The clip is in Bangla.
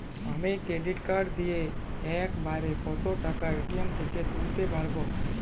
আমি ডেবিট কার্ড দিয়ে এক বারে কত টাকা এ.টি.এম থেকে তুলতে পারবো?